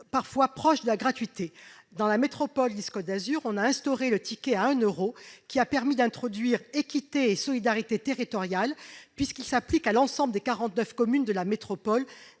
parfois proches de la gratuité. Dans la métropole Nice Côte d'Azur, l'instauration du ticket à un euro a permis d'introduire équité et solidarité territoriale, ce ticket s'appliquant à l'ensemble des 49 communes de la métropole,